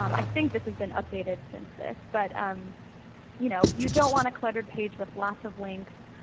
um i think this has been updated since this. but um you know you don't want a cluttered page with lots of links.